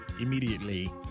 Immediately